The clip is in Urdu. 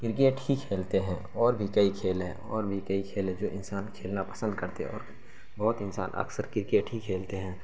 کرکٹ ہی کھیلتے ہیں اور بھی کئی کھیل ہیں اور بھی کئی کھیل ہے جو انسان کھیلنا پسند کرتے اور بہت انسان اکثر کرکٹ ہی کھیلتے ہیں